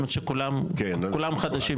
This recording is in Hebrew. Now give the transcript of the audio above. זאת אומרת שכולם חדשים לכם.